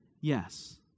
Yes